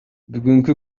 бүгүнкү